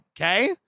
Okay